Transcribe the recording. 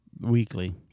weekly